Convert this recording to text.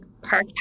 park